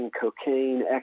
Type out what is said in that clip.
cocaine